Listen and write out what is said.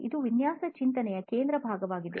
ಇದು ವಿನ್ಯಾಸದ ಚಿಂತನೆಯ ಕೇಂದ್ರ ಭಾಗವಾಗಿದೆ